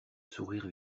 sourire